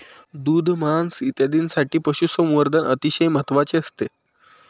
दूध, मांस इत्यादींसाठी पशुसंवर्धन अतिशय महत्त्वाचे असते